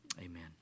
Amen